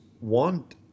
want